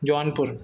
Jaunpur